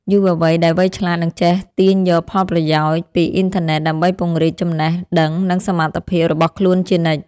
យុវវ័យដែលវៃឆ្លាតនឹងចេះទាញយកផលប្រយោជន៍ពីអ៊ីនធឺណិតដើម្បីពង្រីកចំណេះដឹងនិងសមត្ថភាពរបស់ខ្លួនជានិច្ច។